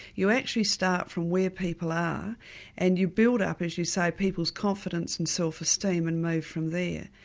you actually start from where people are and you build up, as you say, people's confidence and self esteem and move from there.